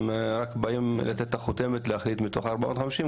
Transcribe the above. רק באים לתת את החותמת להחליט מתוך ה-450,